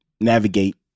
navigate